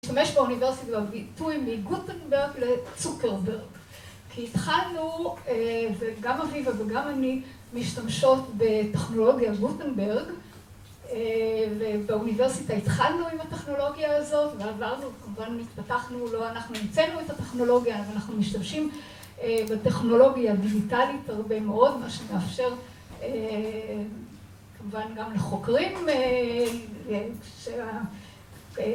‫משתמש באוניברסיטה בביטוי ‫מגוטנברג לצוקרברג. ‫כי התחלנו, וגם אביבה וגם אני ‫משתמשות בטכנולוגיית גוטנברג, ‫ובאוניברסיטה התחלנו ‫עם הטכנולוגיה הזאת, ‫ועברנו, כמובן, התפתחנו, ‫לא אנחנו הוצאנו את הטכנולוגיה, ‫אבל אנחנו משתמשים ‫בטכנולוגיה דיגיטלית הרבה מאוד, ‫מה שמאפשר, אה... כמובן גם לחוקרים, ‫כן, זהו, אוקיי.